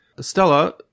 Stella